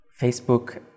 Facebook